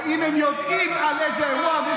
אם הם יודעים על איזה אירוע,